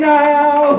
now